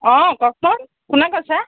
অঁ কওকচোন কোনে কৈছে